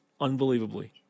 Unbelievably